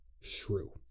shrew